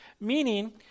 meaning